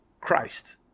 Christ